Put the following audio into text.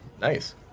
Nice